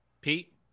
Pete